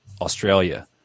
australia